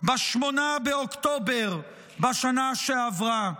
ב-8 באוקטובר בשנה שעברה.